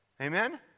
Amen